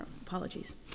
Apologies